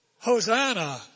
Hosanna